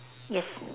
yes